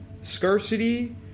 Scarcity